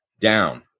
down